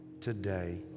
today